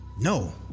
No